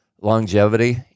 Longevity